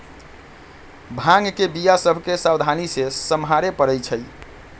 भांग के बीया सभ के सावधानी से सम्हारे परइ छै